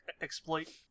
exploit